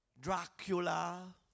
Dracula